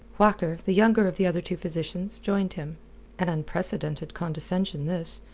whacker, the younger of the other two physicians, joined him an unprecedented condescension this,